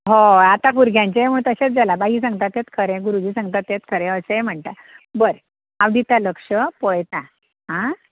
हय आतां भुरग्यांचें म्ह तशेंच जालां बाई सांगता तेंच खरें गुरुजी सांगता तेंच खरें अशेंय म्हणटा बरें हांव दिता लक्ष पळयतां आं